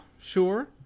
sure